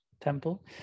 temple